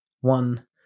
one